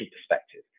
perspective